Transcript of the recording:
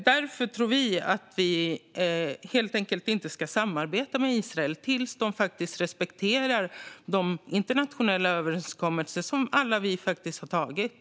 Därför tror vi att vi helt enkelt inte ska samarbeta med Israel förrän de respekterar de internationella överenskommelser som alla vi faktiskt har gjort.